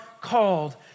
called